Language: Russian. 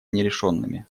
нерешенными